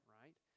right